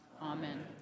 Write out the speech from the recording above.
Amen